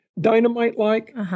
dynamite-like